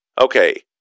okay